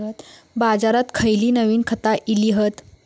बाजारात खयली नवीन खता इली हत?